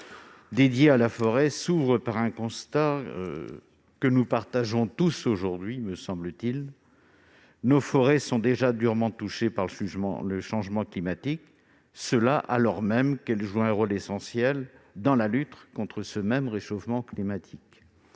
dédiés à la forêt s'ouvre par un constat que nous partageons tous : nos forêts sont déjà durement touchées par le changement climatique, alors même qu'elles jouent un rôle essentiel dans la lutte contre ce même réchauffement climatique.